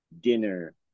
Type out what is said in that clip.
dinner